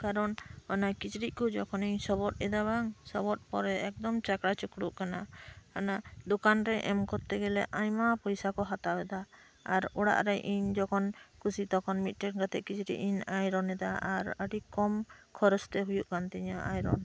ᱠᱟᱨᱚᱱ ᱚᱱᱟ ᱠᱤᱪᱨᱤᱡ ᱠᱚ ᱡᱚᱠᱷᱚᱱᱤᱧ ᱥᱚᱵᱚᱫ ᱮᱫᱟ ᱵᱟᱝ ᱥᱚᱵᱚᱫ ᱯᱚᱨᱮ ᱮᱠᱫᱚᱢ ᱪᱟᱠᱲᱟ ᱪᱚᱠᱚᱲᱚᱜ ᱠᱟᱱᱟ ᱫᱚᱠᱟᱱ ᱨᱮ ᱮᱢ ᱠᱚᱨᱛᱮ ᱜᱮᱞᱮ ᱟᱭᱢᱟ ᱯᱚᱭᱥᱟ ᱠᱚ ᱦᱟᱛᱟᱣ ᱮᱫᱟ ᱟᱨ ᱚᱲᱟᱜ ᱨᱮ ᱤᱧ ᱡᱚᱠᱷᱚᱱ ᱠᱩᱥᱤ ᱛᱚᱠᱷᱚᱱ ᱢᱤᱫ ᱴᱮᱡ ᱠᱟᱛᱮᱫ ᱟᱭᱨᱚᱱ ᱮᱫᱟ ᱟᱨ ᱟᱹᱰᱤ ᱠᱚᱢ ᱠᱷᱚᱨᱚᱡ ᱮ ᱦᱩᱭᱩᱜ ᱠᱟᱱ ᱛᱤᱧᱟᱹ ᱟᱭᱨᱚᱱ